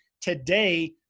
today